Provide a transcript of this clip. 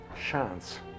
chance